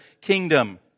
kingdom